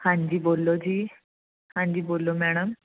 ਹਾਂਜੀ ਬੋਲੋ ਜੀ ਹਾਂਜੀ ਬੋਲੋ ਮੈਡਮ